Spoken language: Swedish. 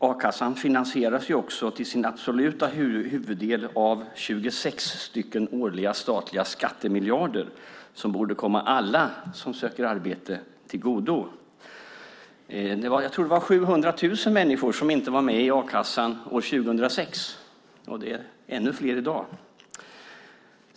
A-kassan finansieras till sin absoluta huvuddel av 26 årliga statliga skattemiljarder som borde komma alla som söker arbete till godo. Jag tror att det var 700 000 människor som inte var med i a-kassan år 2006. Det är ännu fler i dag.